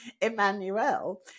Emmanuel